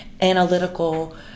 analytical